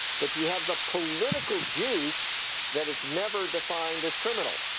but you have the political juice that it's never defined as criminal.